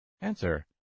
Answer